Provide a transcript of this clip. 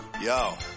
Yo